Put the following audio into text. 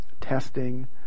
testing